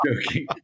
joking